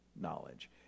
knowledge